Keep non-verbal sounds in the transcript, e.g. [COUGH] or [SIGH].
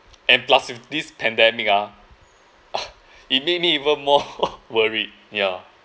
and plus if this pandemic ah [BREATH] it made me even more [LAUGHS] worried yeah